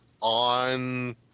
on